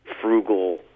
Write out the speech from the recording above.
frugal